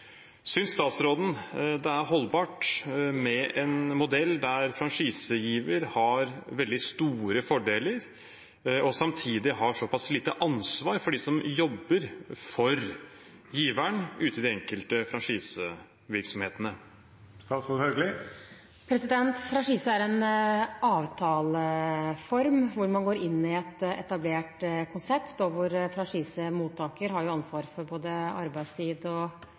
statsråden det er holdbart med en modell der franchisegiver har veldig store fordeler og samtidig har såpass lite ansvar for dem som jobber for giveren ute i de enkelte franchisevirksomhetene? Franchise er en avtaleform hvor man går inn i et etablert konsept, hvor franchisemottaker har ansvar for både arbeidstid, lønnsforhold og åpningstid – og